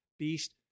beast